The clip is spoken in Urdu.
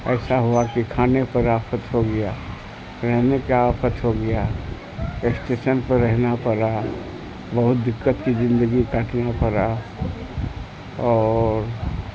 ایسا ہوا کہ کھانے پر آفت ہو گیا رہنے کا آفت ہو گیا اسٹیشن پر رہنا پڑا بہت دقت کی زندگی کاٹنا پڑا اور